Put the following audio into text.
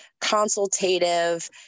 consultative